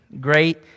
Great